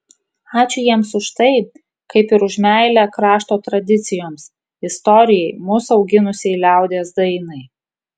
ačiū jiems už tai kaip ir už meilę krašto tradicijoms istorijai mus auginusiai liaudies dainai